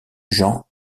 jean